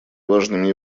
важными